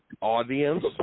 audience